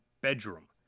bedroom